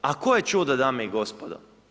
A koje čudo, dame i gospodo?